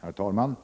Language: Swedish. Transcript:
Herr talman!